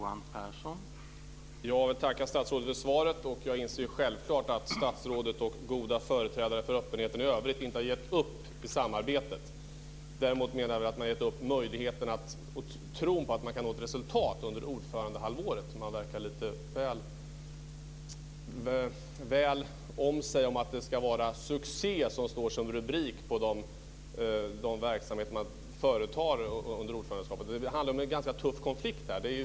Herr talman! Jag tackar statsrådet för svaret. Jag inser självklart att statsrådet och den goda företrädaren för öppenheten i övrigt inte har gett upp i samarbetet. Däremot har man gett upp tron på att man når ett resultat under ordförandehalvåret. Man verkar lite väl om sig om att det ska vara "succé" som står som rubrik på de verksamheter man företar under ordförandeskapet. Det handlar om en ganska tuff konflikt här.